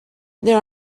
there